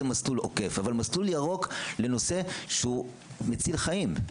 מסלול עוקף מסלול ירוק לנושא שהוא מציל חיים.